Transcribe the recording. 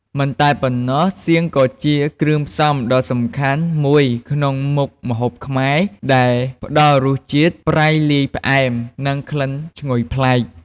មិនតែប៉ុណ្ណោះសៀង ក៏ជាគ្រឿងផ្សំដ៏សំខាន់មួយក្នុងមុខម្ហូបខ្មែរ ដែលផ្ដល់រសជាតិប្រៃលាយផ្អែម និងក្លិនឈ្ងុយប្លែក។